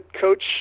coach